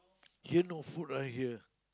here no food right here